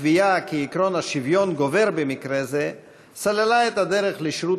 הקביעה שעקרון השוויון גובר במקרה זה סללה את הדרך לשירות